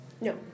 No